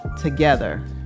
together